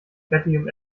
fettigem